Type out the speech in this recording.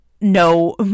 no